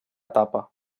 etapa